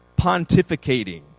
pontificating